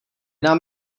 nám